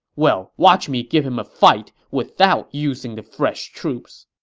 well, watch me give him a fight without using the fresh troops!